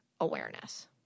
awareness